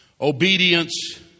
obedience